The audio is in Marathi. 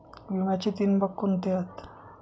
विम्याचे तीन भाग कोणते आहेत?